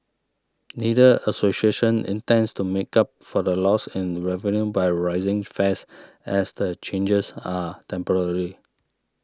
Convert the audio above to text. neither association intends to make up for the loss in revenue by raising fares as the changes are temporary